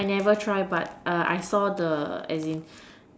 I never try but I saw the as in